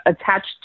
attached